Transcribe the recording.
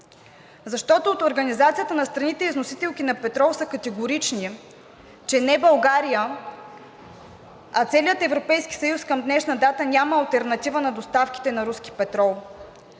Защото от Организацията на страните – износителки на петрол, са категорични, че не България, а целият Европейски съюз към днешна дата няма алтернатива на доставките на руски петрол.